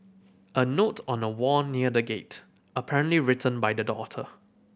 a note on a wall near the gate apparently written by the daughter